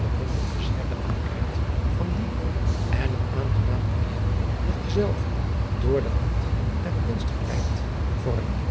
bewonderde zeer de oudheid van dien boom en het aangenaam priëel dat dezelve door de hand der kunst geleid vormde